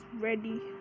ready